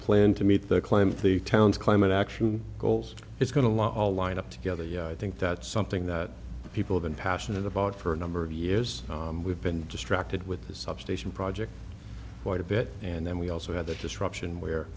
plan to meet the climate the town's climate action goals it's going to allow all lined up together yeah i think that's something that people have been passionate about for a number of years we've been distracted with the substation project quite a bit and then we also had the destruction where